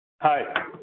Hi